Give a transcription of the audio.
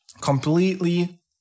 completely